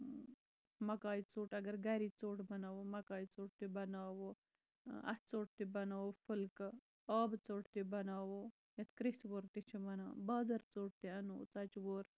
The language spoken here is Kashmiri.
مَکایہِ ژوٚٹ اَگر گرِچ ژوٚٹ بَناوو مَکایہِ ژوٚٹ تہِ بَناوو اَتھٕ ژوٚٹ تہِ بَناوو پھُلکہٕ آبہٕ ژوٚٹ تہِ بَناوو یَتھ کریژوٲر چھِ وَنان بازَر ژوٚٹ تہِ اَنو ژۄچور